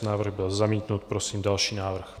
Návrh byl zamítnut, prosím další návrh.